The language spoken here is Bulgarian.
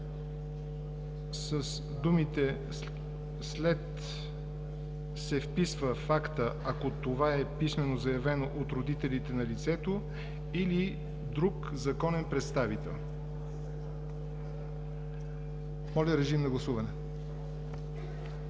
думите „се вписва в акта, ако това е писмено заявено от родителите на лицето“ – „или друг законен представител“. Моля, гласувайте.